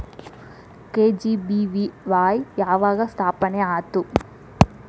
KGBVY ಯಾವಾಗ ಸ್ಥಾಪನೆ ಆತು?